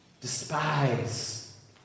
despise